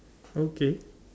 okay